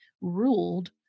ruled